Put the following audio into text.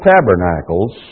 Tabernacles